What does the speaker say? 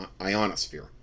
Ionosphere